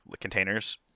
containers